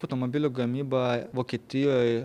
automobilių gamyba vokietijoj